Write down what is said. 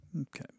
Okay